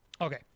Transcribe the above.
Okay